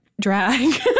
drag